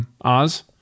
Oz